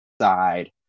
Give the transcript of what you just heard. side